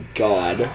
god